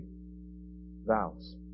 vows